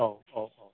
औ औ औ